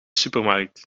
supermarkt